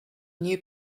new